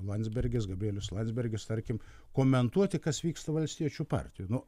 landsbergis gabrielius landsbergis tarkim komentuoti kas vyksta valstiečių partijoj nu